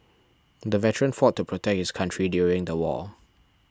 the veteran fought to protect his country during the war